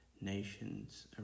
nations